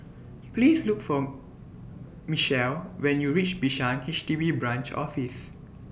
Please Look For Mechelle when YOU REACH Bishan H D B Branch Office